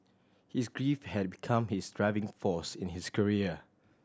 his grief had become his driving force in his career